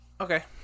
Okay